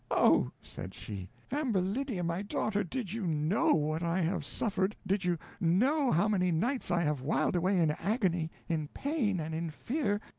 oh! said she, ambulinia, my daughter, did you know what i have suffered did you know how many nights i have whiled away in agony, in pain, and in fear,